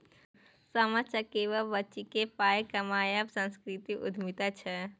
सामा चकेबा बेचिकेँ पाय कमायब सांस्कृतिक उद्यमिता छै